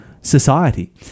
society